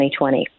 2020